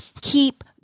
Keep